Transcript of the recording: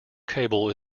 cable